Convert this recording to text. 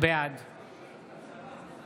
בעד